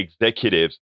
executives